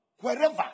Wherever